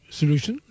solution